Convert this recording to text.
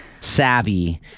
Savvy